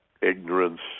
ignorance